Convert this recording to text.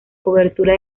cobertura